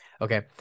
Okay